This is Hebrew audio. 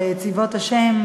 של "צבאות ה'",